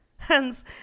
Hence